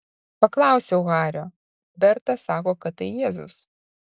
paklausiau hario berta sako kad tai jėzus